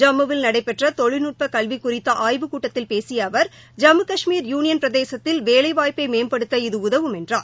ஜம்முவில் நடைபெற்ற தொழில்நுட்ப கல்வி குறித்த ஆய்வு கூட்டத்தில் பேசிய அவா் ஜம்மு காஷ்மீர் யூனியன் பிரதேசத்தில் வேலைவாய்ப்பை மேம்படுத்த இது உதவும் என்றார்